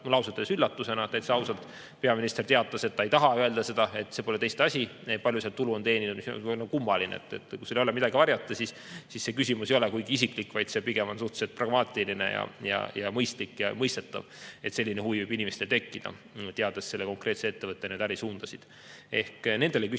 ausalt öeldes üllatusena, täitsa ausalt – peaminister teatas, et ta ei taha seda öelda, see pole teiste asi, palju ta sealt tulu on teeninud. Kummaline. Kui sul ei ole midagi varjata, siis see küsimus ei ole kuigi isiklik, vaid on pigem suhteliselt pragmaatiline ja mõistlik. On mõistetav, et selline huvi võib inimestel tekkida, teades selle konkreetse ettevõtte ärisuundasid. Nendele küsimustele